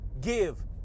give